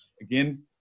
again